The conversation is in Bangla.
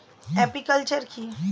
আপিকালচার কি?